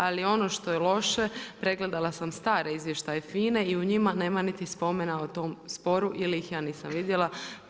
Ali ono što je loše pregledala sam stare izvještaje FINA-e i u njima nema niti spomena o tom sporu ili ih ja nisam vidjela.